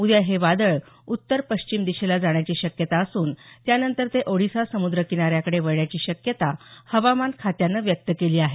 उद्या हे वादळ उत्तर पश्चिम दिशेला जाण्याची शक्यता असून त्यानंतर ते ओडिसा समुद्र किनाऱ्याकडे वळण्याची शक्यता हवामान खात्यानं व्यक्त केली आहे